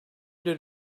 did